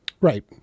Right